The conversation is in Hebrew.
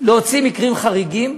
להוציא מקרים חריגים,